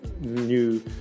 new